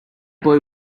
boy